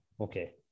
Okay